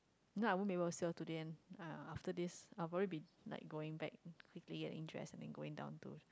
you know I won't be able to see her today and uh after this I probably be like going back quickly getting dressed and then going down to